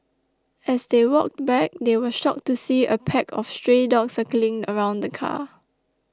as they walked back they were shocked to see a pack of stray dogs circling around the car